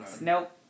Nope